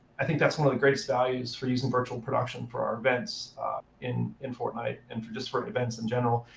i think that's one of the greatest values for using virtual production for our events in in fortnite, and for just for events in general,